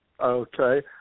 Okay